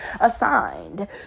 assigned